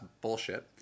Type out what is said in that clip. bullshit